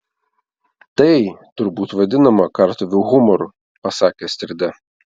tai turbūt vadinama kartuvių humoru pasakė astrida